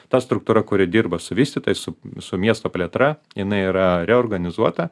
ta struktūra kuri dirba su vystytojais su su miesto plėtra jinai yra reorganizuota